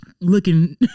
looking